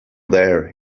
there